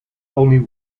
only